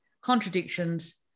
contradictions